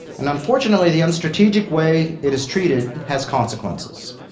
and unfortunately the un-strategic way it is treated has consequences.